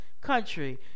country